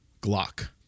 Glock